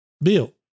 Bill